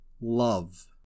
love